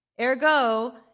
Ergo